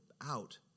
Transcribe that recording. out